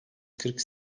kırk